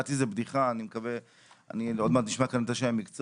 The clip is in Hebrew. לדעתי זו בדיחה, עוד מעט נשמע כאן את אנשי המקצוע.